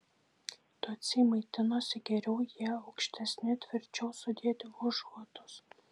tutsiai maitinosi geriau jie aukštesni tvirčiau sudėti už hutus